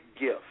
gift